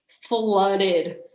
flooded